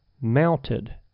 mounted